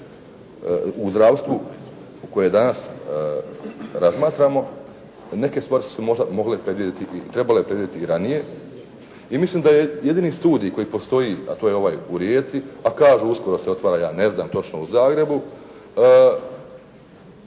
u zdravstvu u koje danas razmatramo, neke stvari su se mogle i trebale predvidjeti i ranije. I mislim da je jedini studij koji postoji, a to je ovaj u Rijeci, pa kažu uskoro se otvara, ja ne znam točno u Zagrebu,